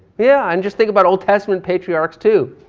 yeah i'm just, think about old testament patriarchs too.